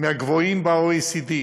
מהגבוהים ב-OECD.